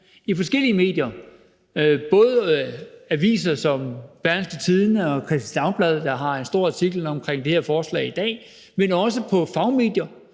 i forskellige medier, både i aviser som Berlingske og Kristeligt Dagblad, der har en stor artikel om det her forslag i dag, men også i fagmedier,